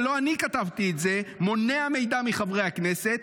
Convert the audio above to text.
ולא אני כתבתי את זה: מונע מידע מחברי הכנסת,